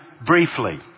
briefly